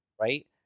right